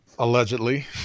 Allegedly